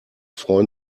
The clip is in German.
freuen